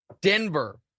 Denver